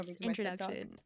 introduction